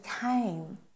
came